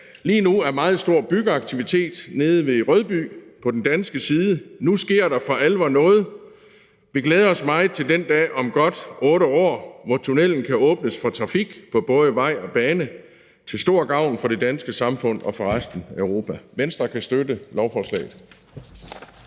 lige nu er meget stor byggeaktivitet nede ved Rødby på den danske side. Nu sker der for alvor noget. Vi glæder os meget til den dag om godt 8 år, hvor tunnellen kan åbnes for trafik på både vej og bane til stor gavn for det danske samfund og for resten af Europa. Venstre kan støtte lovforslaget.